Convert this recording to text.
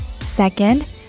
Second